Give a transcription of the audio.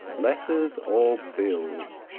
letters or bills.